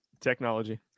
Technology